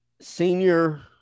senior